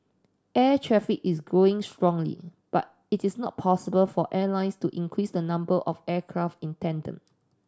air traffic is growing strongly but it is not possible for airlines to increased the number of aircraft in tandem